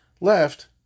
left